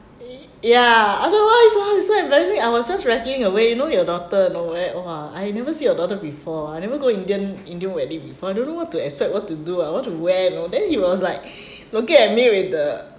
ya otherwise ah it's so embarrassing I was just rattling away you know your daughter you know eh !wah! I never see your daughter before I never go indian indian wedding before I don't know what to expect what to do and what to wear you know then he was like looking at me with the